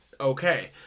Okay